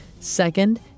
Second